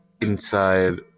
Inside